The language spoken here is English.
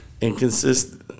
Inconsistent